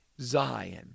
Zion